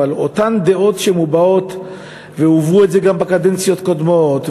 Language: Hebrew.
אבל אותן דעות שמובעות והביעו את זה בקדנציות קודמות,